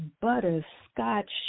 butterscotch